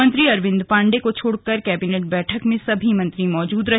मंत्री अरविंद पांडे को छोड़कर कैबिनेट बैठक में सभी मंत्री मौजूद रहे